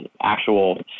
actual